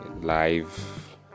live